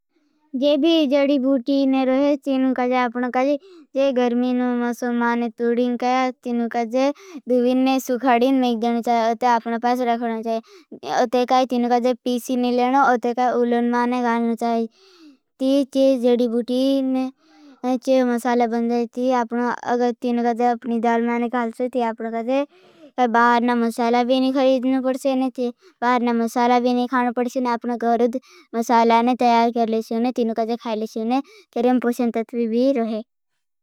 जे भी जड़ी भूटी ने रोहे। जे गर्मी नो मसो माने तूड़ी न कहा। जे दुवीन ने सुखाड़ीन में जाने चाहे। अते आपने पास रखना चाहे। जे पीसी न लेना उलन माने गाने चाहे। जे जड़ी भूटी ने मसाला बन जाने चाहे। जे दाल माने गाने चाहे। जे बाहरना मसाला भी नी खरीदने पड़सेने थे। बाहरना मसाला भी नी खाने पड़सेने। आपने गहरुद मसाला ने तैयार करलेसे ने तीनो कज़े खालेसे ने तेरें पुछन तत्वी भी रोहे।